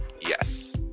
Yes